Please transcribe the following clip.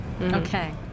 Okay